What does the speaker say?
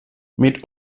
mit